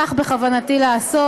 כך בכוונתי לעשות.